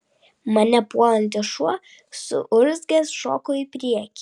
mane puolantis šuo suurzgęs šoko į priekį